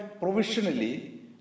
provisionally